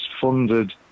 funded